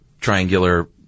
triangular